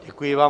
Děkuji vám.